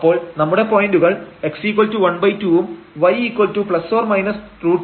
അപ്പോൾ നമ്മുടെ പോയന്റുകൾ x½ ഉം y±√32 ഉം ആണ്